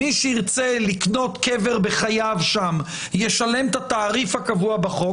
מי שירצה לקנות קבר בחייו שם ישלם את התעריף הקבוע בחוק.